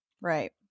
Right